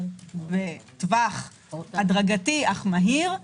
בטווח הדרגתי אך מהיר,